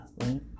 right